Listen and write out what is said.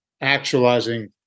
actualizing